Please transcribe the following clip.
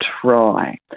try